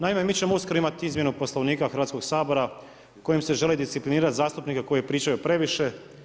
Naime, mi ćemo uskoro imati izmjenu Poslovnika Hrvatskog sabora, kojim se želi disciplinirati zastupnike koji pričaju previše.